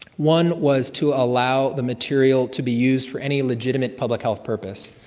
one was to allow the material to be used for any legitimate public health purpose.